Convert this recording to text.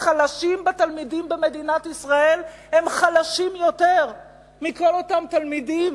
החלשים בתלמידים במדינת ישראל הם חלשים יותר מכל אותם תלמידים